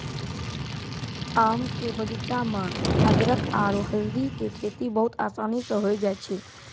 आम के बगीचा मॅ अदरख आरो हल्दी के खेती बहुत आसानी स होय जाय छै